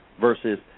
versus